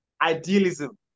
idealism